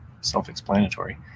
self-explanatory